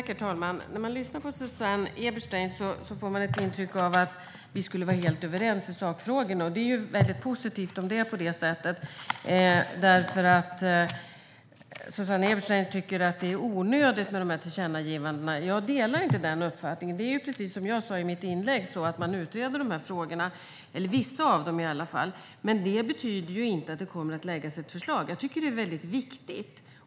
Herr talman! När man lyssnar på Susanne Eberstein får man ett intryck av att vi skulle vara helt överens i sakfrågorna. Det är positivt om det är på det sättet. Susanne Eberstein tycker dock att tillkännagivandena är onödiga. Jag delar inte den uppfattningen. Precis som jag sa i mitt inlägg utreder man dessa frågor, eller i alla fall vissa av dem. Men det betyder ju inte att det kommer att läggas fram förslag.